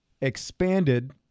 expanded